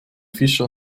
fischer